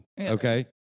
Okay